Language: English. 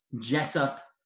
Jessup